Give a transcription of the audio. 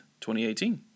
2018